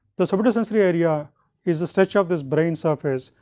the super sensory area is the stretch of this brain surface,